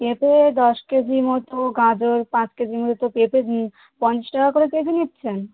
পেঁপে দশ কেজি মতো গাজর পাঁচ কেজি মতো পেঁপে পঞ্চাশ টাকা করে পেঁপে নিচ্ছেন